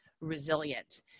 resilient